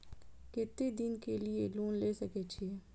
केते दिन के लिए लोन ले सके छिए?